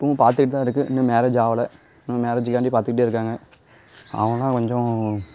இப்பவும் பார்த்துட்டு தான் இருக்குது இன்னும் மேரேஜ் ஆகல இன்னும் மேரேஜ்க்காண்டி பார்த்துக்கிட்டே இருக்காங்க அவங்க தான் கொஞ்சம்